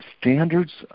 standards